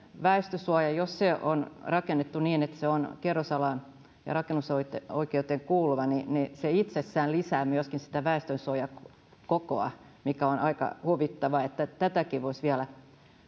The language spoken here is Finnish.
väestönsuoja jos se on rakennettu niin että se on kerrosalaan ja rakennusoikeuteen kuuluva itsessään lisää myöskin sitä väestönsuojakokoa mikä on aika huvittava eli tätäkin säännöstä voisi vielä